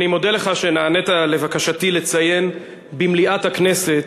אני מודה לך על שנענית לבקשתי לציין במליאת הכנסת